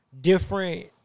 Different